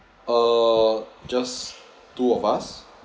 uh just two of us